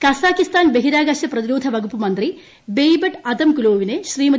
ഖസാക്കിസ്ഥാൻ ബഹിരാകാശ പ്രതിരോധ വകുപ്പ് മന്ത്രി ബെയ്ബട്ട് അതംകുലോവിനെ ശ്രീമതി